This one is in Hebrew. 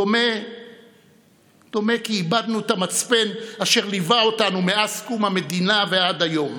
דומה כי איבדנו את המצפן אשר ליווה אותנו מאז קום המדינה ועד היום,